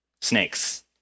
snakes